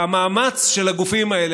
והמאמץ של הגופים האלה,